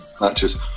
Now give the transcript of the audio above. matches